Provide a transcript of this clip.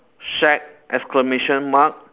shack exclamation mark